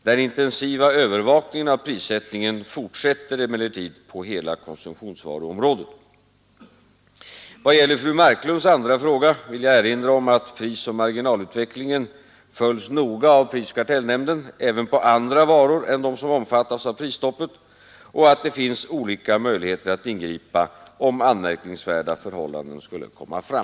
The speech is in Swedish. Den intensiva övervakningen av prissättningen fortsätter emellertid på hela konsumtionsvaruområdet. Vad gäller fru Marklunds andra fråga vill jag erinra om att prisoch marginalutvecklingen följs noga av prisoch kartellnämnden även på andra varor än de som omfattas av prisstoppet och att det finns olika möjligheter att ingripa om anmärkningsvärda förhållanden skulle komma fram.